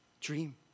Dream